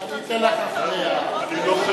אני אתן לך אחרי, טוב,